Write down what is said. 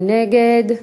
מי נגד?